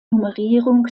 nummerierung